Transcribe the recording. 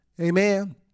Amen